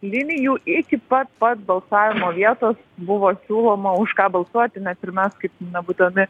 linijų iki pat pat balsavimo vietos buvo siūloma už ką balsuoti nes ir mes kaip na būdami